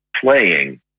playing